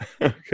Okay